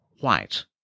white